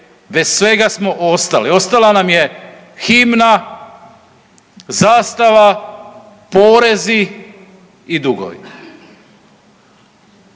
bez svega smo ostali. Ostala nam je himna, zastava, porezi i dugovi.